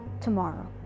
tomorrow